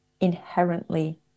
inherently